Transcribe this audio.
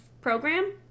program